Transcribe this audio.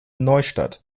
neustadt